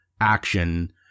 action